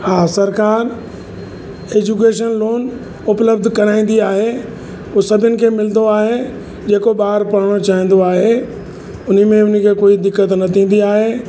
हा सरकार education loan उपलब्ध कराईंदी आहे हू सभिनि खे मिलंदो आहे जेको ॿारु पढ़णु चाहींदो आहे उन्ही में उन खे कोई दिक़त न थींदी आहे